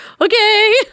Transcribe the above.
Okay